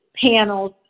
panels